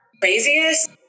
Craziest